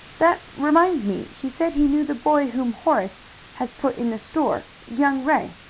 that reminds me he said he knew the boy whom horace has put in the store young ray.